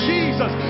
Jesus